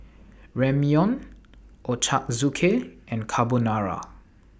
Ramyeon Ochazuke and Carbonara